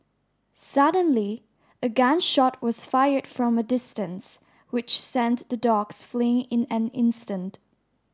suddenly a gun shot was fired from a distance which sent the dogs fleeing in an instant